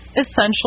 essential